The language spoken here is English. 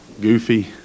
goofy